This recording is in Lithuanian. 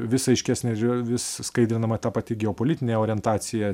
vis aiškesnė vis skaidrinama ta pati geopolitinė orientacija